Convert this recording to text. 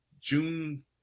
June